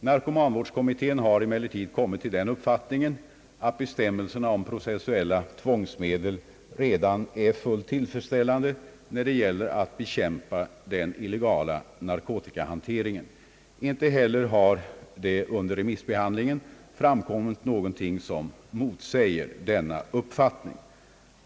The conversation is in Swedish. Narkomanvårdskommittén har emellertid kommit till den uppfattningen att bestämmelserna om processuella tvångsmedel redan är fullt tillfredsställande när det gäller att bekämpa den illegala narkotikahanteringen. Inte heller har det under remissbehandlingen framkommit någonting som motsäger denna uppfattning.